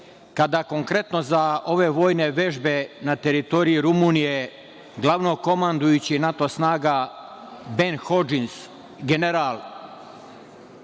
kada konkretno za ove vojne vežbe na teritoriji Rumunije glavnokomandujući NATO snaga Ben Hodžis, general